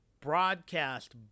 broadcast